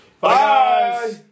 Bye